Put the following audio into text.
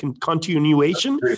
continuation